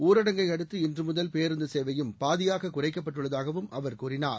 ஊரடங்கை அடுத்து இன்று முதல் பேருந்து சேவையும் பாதியாக குறைக்கப்பட்டுள்ளதாகவும் அவர் கூறினார்